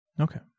Okay